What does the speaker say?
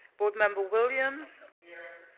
board member williams. here.